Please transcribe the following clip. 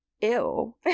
ew